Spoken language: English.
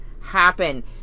happen